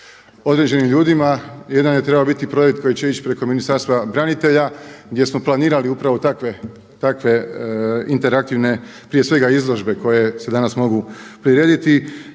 određenim ljudima. Jedan je trebao biti projekt koji će ići preko Ministarstva branitelja gdje smo planirali upravo takve interaktivne prije svega izložbe koje se danas mogu prirediti.